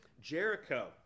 Jericho